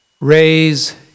raise